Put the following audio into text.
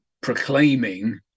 proclaiming